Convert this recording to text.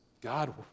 God